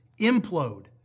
implode